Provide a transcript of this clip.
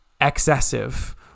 excessive